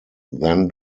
then